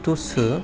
तुस